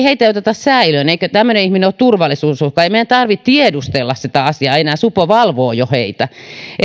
heitä ei oteta säilöön eikö tämmöinen ihminen ole turvallisuusuhka ei meidän tarvitse tiedustella sitä asiaa enää supo valvoo jo heitä